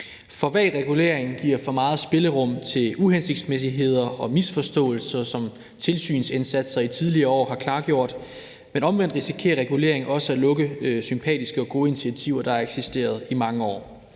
For vag regulering giver for meget spillerum til uhensigtsmæssigheder og misforståelser, hvad tilsynsindsatser i tidligere år har klargjort, men omvendt risikerer regulering også at lukke sympatiske og gode initiativer, der har eksisteret i mange år.